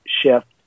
shift